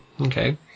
Okay